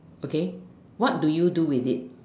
okay what do you do with it